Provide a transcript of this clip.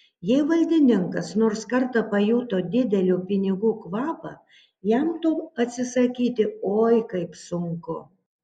jei valdininkas nors kartą pajuto didelių pinigų kvapą jam to atsisakyti oi kaip sunku